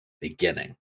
beginning